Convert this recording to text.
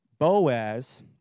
Boaz